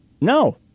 No